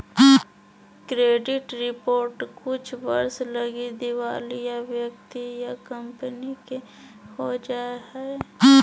credit report कुछ वर्ष लगी दिवालिया व्यक्ति या कंपनी के हो जा हइ